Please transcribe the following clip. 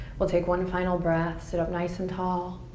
we'll take one final breath. sit up nice and tall